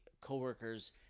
coworkers